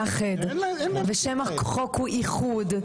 כל הרעיון הוא לאחד ושם החוק הוא איחוד.